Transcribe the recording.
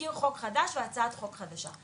תזכיר חוק חדש והצעת חוק חדשה.